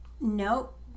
nope